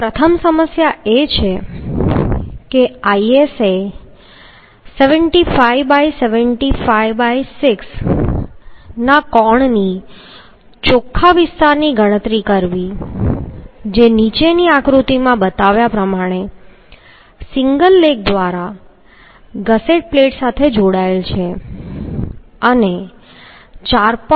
તો પ્રથમ સમસ્યા એ છે કે ISA 75 ✕75 ✕ 6 ના કોણ ની ચોખ્ખા વિસ્તારની ગણતરી કરવી જે નીચેની આકૃતિમાં બતાવ્યા પ્રમાણે સિંગલ લેગ દ્વારા ગસેટ પ્લેટ સાથે જોડાયેલ છે અને 4